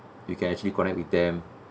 we can actually connect with them